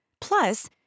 Plus